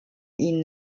ihn